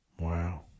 Wow